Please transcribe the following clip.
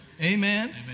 Amen